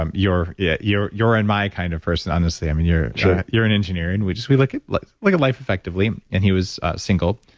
um you're yeah you're in my kind of person, honestly. i mean, you're yeah you're in engineering, which is, we look at like like life effectively. and he was single.